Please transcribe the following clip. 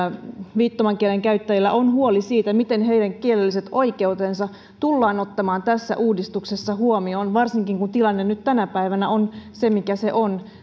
viittomakielen käyttäjillä on huoli siitä miten heidän kielelliset oikeutensa tullaan ottamaan tässä uudistuksessa huomioon varsinkin kun tilanne nyt tänä päivänä on se mikä se on